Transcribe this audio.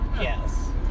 Yes